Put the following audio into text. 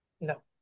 No